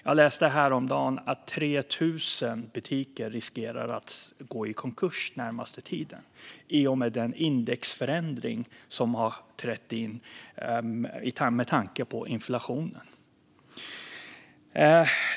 Jag läste häromdagen att 3 000 butiker riskerar att gå i konkurs den närmaste tiden i och med den indexförändring som har trätt in på grund av inflationen.